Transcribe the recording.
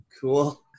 Cool